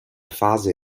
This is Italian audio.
fase